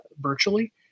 virtually